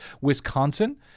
Wisconsin